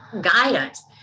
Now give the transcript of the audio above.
guidance